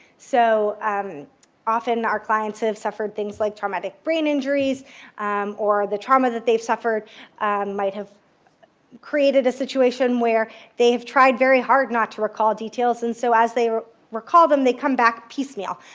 so um often our clients have suffered things like traumatic brain injuries or the trauma that they've suffered might have created a situation where they've tried very hard not to recall details. and so as they recall them, they come back piecemeal,